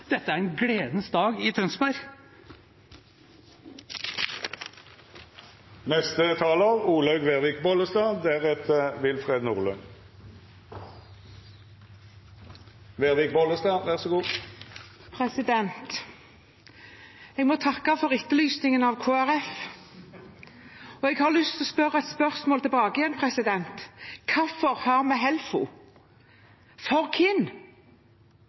dette? Dette er en gledens dag i Tønsberg! Jeg må takke for etterlysningen av Kristelig Folkeparti, for jeg har lyst til å stille et spørsmål tilbake: Hvorfor har vi Helfo? For hvem?